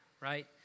right